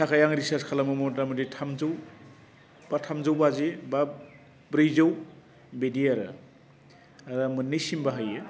थाखाय आं रिचार्ज खालामो मथा मथि थामजौ बा थामजौ बाजि बा ब्रैजौ बेदि आरो मोन्नैसिम बाहायो